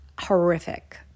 horrific